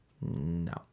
No